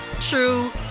true